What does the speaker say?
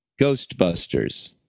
Ghostbusters